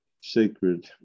sacred